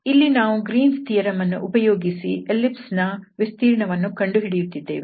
ಇಲ್ಲಿ ನಾವು Green's theorem Green's theorem ಅನ್ನು ಉಪಯೋಗಿಸಿ ಎಲ್ಲಿಪ್ಸ್ ನ ವಿಸ್ತೀರ್ಣವನ್ನು ಕಂಡುಹಿಡಿಯುತ್ತಿದ್ದೇವೆ